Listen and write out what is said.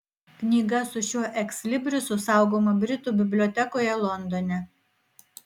knyga su šiuo ekslibrisu saugoma britų bibliotekoje londone